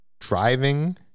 driving